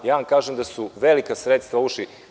Ja vam kažem da su velika sredstva ušla.